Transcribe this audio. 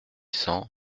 cents